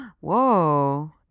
Whoa